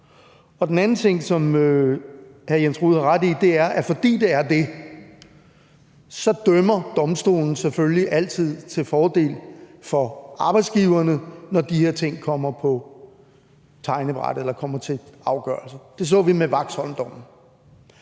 For det andet har hr. Jens Rohde jo ret i, at fordi det er det, dømmer Domstolen selvfølgelig altid til fordel for arbejdsgiverne, når de her ting kommer til afgørelse. Det så vi med Waxholm-dommen.